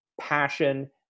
passion